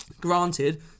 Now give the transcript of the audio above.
granted